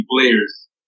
players